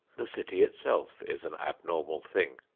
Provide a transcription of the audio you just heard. the city itself is an abnormal thing.